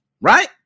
right